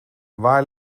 waar